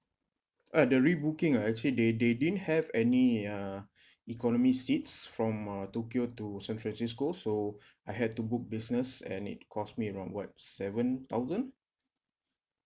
uh the rebooking uh actually they they didn't have any uh economy seats from uh tokyo to san francisco so I had to book business and it cost me around what seven thousand